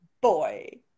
Boy